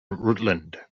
rutland